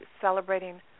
celebrating